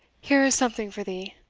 here's something for thee